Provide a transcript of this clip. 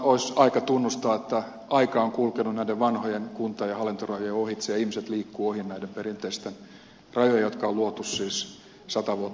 kyllä olisi aika tunnustaa että aika on kulkenut näiden vanhojen kunta ja hallintorajojen ohitse ja ihmiset liikkuvat ohi näiden perinteisten rajojen jotka on luotu siis sata vuotta sitten